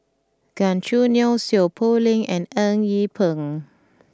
Gan Choo Neo Seow Poh Leng and Eng Yee Peng